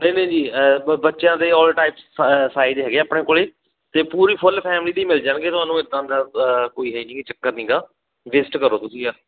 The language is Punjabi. ਨਹੀਂ ਨਹੀਂ ਜੀ ਹੈ ਬ ਬੱਚਿਆਂ ਦੇ ਆਲ ਟਾਈਪ ਸਾ ਸਾਈਜ਼ ਹੈਗੇ ਆਪਣੇ ਕੋਲ ਅਤੇ ਪੂਰੀ ਫੁੱਲ ਫੈਮਲੀ ਦੀ ਮਿਲ ਜਾਣਗੇ ਤੁਹਾਨੂੰ ਇੱਦਾਂ ਦਾ ਕੋਈ ਹੈ ਨਹੀਂ ਚੱਕਰ ਨਹੀਂ ਗਾ ਵਿਜ਼ਿਟ ਕਰੋ ਤੁਸੀਂ